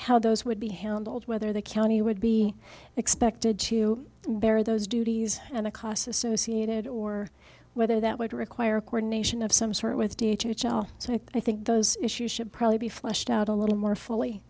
how those would be handled whether the county would be expected to bear those duties and the costs associated or whether that would require coordination of some sort with d h l so i think those issues should probably be fleshed out a little more fully